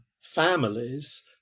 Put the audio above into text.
families